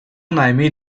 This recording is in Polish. najmniej